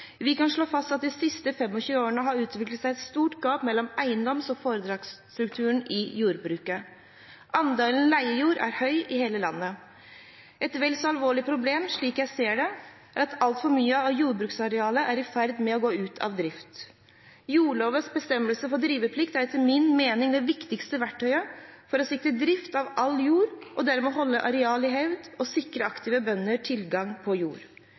Vi kan slå fast at det i de siste 25 årene har utviklet seg et stort gap mellom eiendoms- og foretaksstrukturen i jordbruket. Andelen leiejord er høy i hele landet. Et vel så alvorlig problem, slik jeg ser det, er at altfor mye av jordbruksarealet er i ferd med å gå ut av drift. Jordlovens bestemmelser om driveplikt er etter min mening det viktigste verktøyet for å sikre drift av all jord og dermed holde areal i hevd og sikre aktive bønder tilgang på jord.